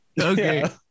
okay